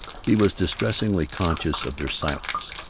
he was distressingly conscious of their silence.